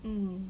mm